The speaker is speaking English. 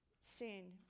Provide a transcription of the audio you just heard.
sin